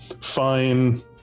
fine